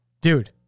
Dude